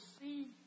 see